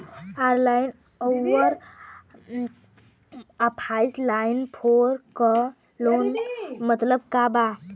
Online अउर offline loan क मतलब का बा?